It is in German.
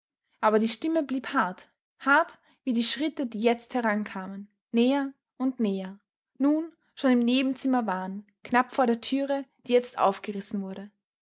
aber die stimme blieb hart hart wie die schritte die jetzt herankamen näher und näher nun schon im nebenzimmer waren knapp vor der türe die jetzt aufgerissen wurde